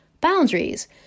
boundaries